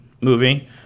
movie